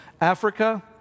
Africa